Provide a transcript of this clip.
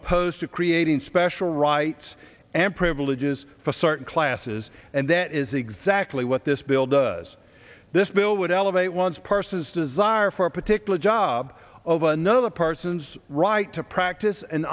opposed to creating special rights and privileges for certain classes and that is exactly what this bill does this bill would elevate one's person's desire for a particular job of another person's right to practice and